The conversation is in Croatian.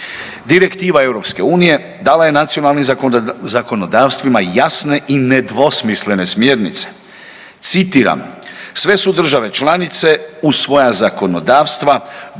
Direktiva EU dala je nacionalnim zakonodavstvima jasne i nedvosmislene smjernice. Citiram: „Sve su države članice u svoja zakonodavstva